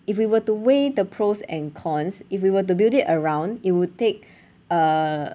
if we were to weigh the pros and cons if we were to build it around it would take uh